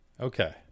Okay